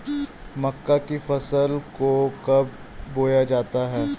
मक्का की फसल को कब बोया जाता है?